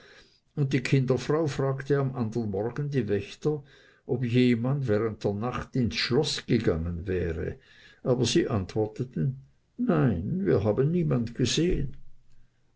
und die kinderfrau fragte am anderen morgen die wächter ob jemand während der nacht ins schloß gegangen wäre aber sie antworteten nein wir haben niemand gesehen